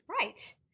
Right